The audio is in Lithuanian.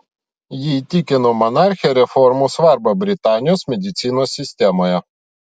ji įtikino monarchę reformų svarba britanijos medicinos sistemoje